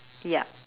ya